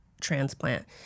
transplant